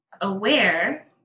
aware